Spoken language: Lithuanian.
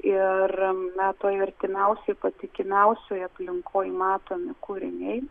ir na toj artimiausioj patikimiausioj aplinkoj matomi kūriniai